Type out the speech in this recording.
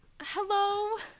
Hello